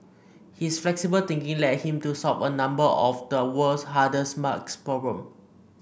his flexible thinking led him to solve a number of the world's hardest maths problem